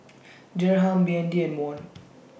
Dirham B N D and Won